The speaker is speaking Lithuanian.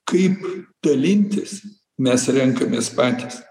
kaip dalintis mes renkamės patys